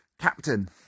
captain